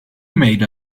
made